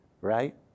right